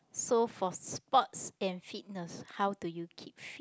so for sports and fitness how do you keep fit